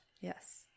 Yes